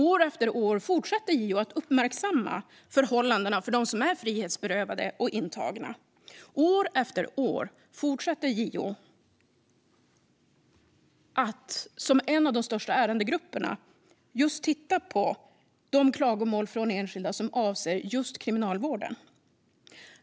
År efter år fortsätter JO att uppmärksamma förhållandena för dem som är frihetsberövade och intagna. År efter år fortsätter de klagomål som kommer från enskilda i kriminalvården att vara en av de största ärendegrupperna som JO tittar på.